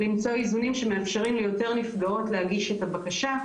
למצוא איזונים שמאפשרים ליותר נפגעות להגיש את הבקשה,